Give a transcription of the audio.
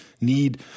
need